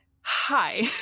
Hi